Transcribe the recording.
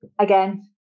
again